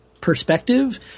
perspective